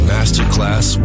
Masterclass